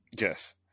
yes